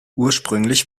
ursprünglich